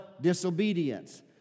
disobedience